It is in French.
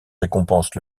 récompense